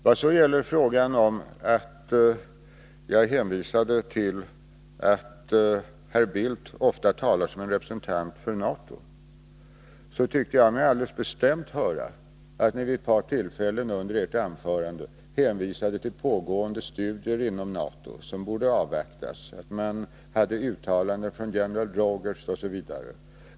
Sedan till detta att jag hänvisade till att herr Bildt ofta talar som en representant för NATO: Jag tyckte mig alldeles bestämt höra att ni vid ett par tillfällen under ert anförande hänvisade till pågående studier inom NATO som borde avvaktas, sade att det fanns uttalanden från general Rogers osv.